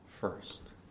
first